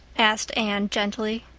asked anne gently.